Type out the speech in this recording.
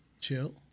Chill